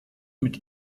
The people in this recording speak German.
mit